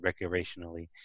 recreationally